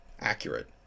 accurate